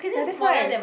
ya that's why